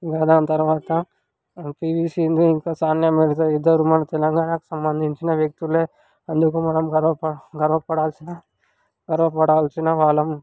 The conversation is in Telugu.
ఇంక దాని తర్వాత పీవీ సింధు ఇంకా సానియా మిర్జా వీళ్ళిద్దరూ మన తెలంగాణకు సంబంధించిన వ్యక్తులే అందుకే మనం గర్వపడా గర్వపడాల్సిన మనం గర్వపడాల్సిన వాళ్ళం